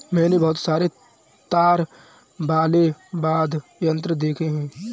मैंने बहुत सारे तार वाले वाद्य यंत्र देखे हैं